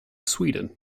sweden